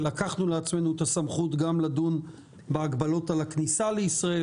ולקחנו לעצמנו את הסמכות גם לדון בהגבלות על הכניסה לישראל,